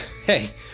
hey